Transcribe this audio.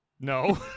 no